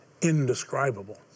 indescribable